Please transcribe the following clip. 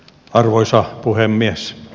arvoisa puhemies